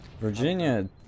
Virginia